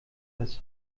das